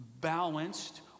balanced